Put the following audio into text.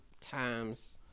times